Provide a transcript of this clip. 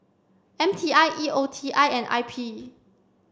M T I E O T I and I P